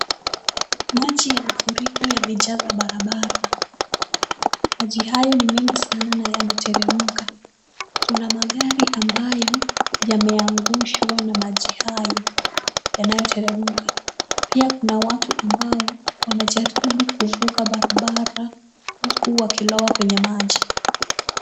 Maji ya mafuriko yamejaza barabara. Maji hayo ni mengi sana na yanateremka. Kuna magari ambayo yameangushwa na maji hayo yanayoteremka. Pia kuna watu ambao wanajaribu kuvuka barabara, huku wakilowa kwenye maji.